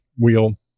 wheel